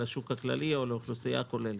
השוק הכללי או על האוכלוסייה הכוללת.